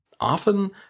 Often